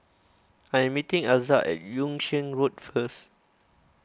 I am meeting Elza at Yung Sheng Road first